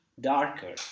darker